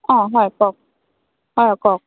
অঁ হয় কওক অঁ কওক